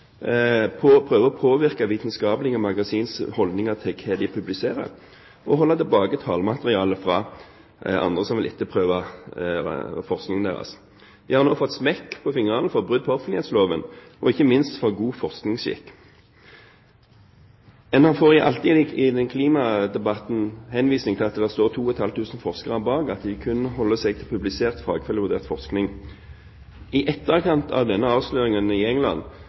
å påvirke vitenskapelige magasiners holdninger til hva de publiserer og holde tilbake tallmateriale fra andre som vil etterprøve forskningen deres. De har nå fått smekk på fingrene for brudd på offentlighetsloven, og ikke minst på god forskningsskikk. Innen klimadebatten får en alltid henvisning til at det står 2 500 forskere bak, og at de kun holder seg til publisert fagfellevurdert forskning. I etterkant av denne avsløringen i